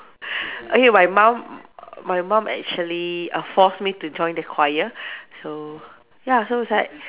okay my mum my mum actually uh forced me to join the choir so ya so it's like